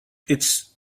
its